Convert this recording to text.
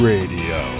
Radio